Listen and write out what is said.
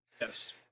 Yes